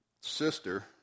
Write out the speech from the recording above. sister